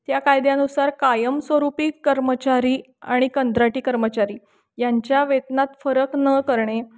त्या कायद्यानुसार कायमस्वरूपी कर्मचारी आणि कंत्राटी कर्मचारी यांच्या वेतनात फरक न करणे